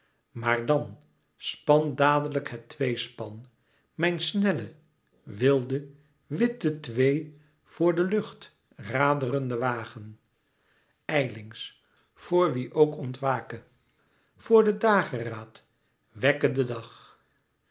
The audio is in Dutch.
maar dan span dadelijk het tweespan mijn snelle wilde witte twee voor den lucht raderenden wagen ijlings vor wie ook ontwake voor de dageraad wekke den dag